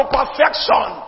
perfection